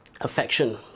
affection